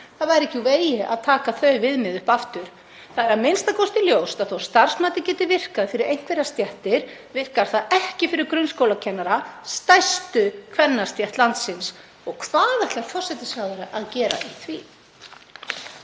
Það væri ekki úr vegi að taka þau viðmið upp aftur. Það er a.m.k. ljóst að þótt starfsmatið geti virkað fyrir einhverjar stéttir virkar það ekki fyrir grunnskólakennara, stærstu kvennastétt landsins. Og hvað ætlar forsætisráðherra að gera í því?